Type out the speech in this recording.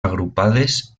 agrupades